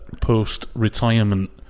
post-retirement